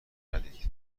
ندید